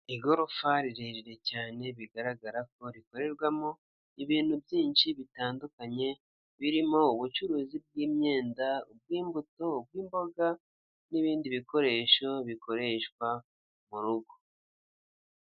Igorofa rirerire cyane bigaragara ko rikorerwamo ibintu byinshi bitandukanye birimo ubucuruzi bw'imyenda ubw'imbuto ubw'imboga n'ibindi bikoresho bikoreshwa mu rugo.